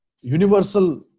universal